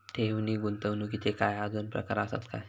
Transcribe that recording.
ठेव नी गुंतवणूकचे काय आजुन प्रकार आसत काय?